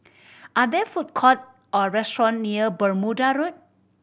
are there food court or restaurant near Bermuda Road